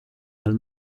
dal